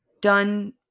done